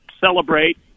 celebrate